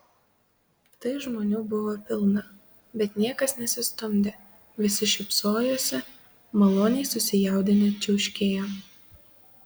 tai žmonių buvo pilna bet niekas nesistumdė visi šypsojosi maloniai susijaudinę čiauškėjo